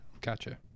Gotcha